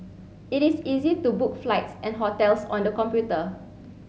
it is easy to book flights and hotels on the computer